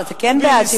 אז אתה כן בעד,